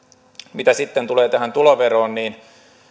mitä sitten tulee tähän tuloveroon niin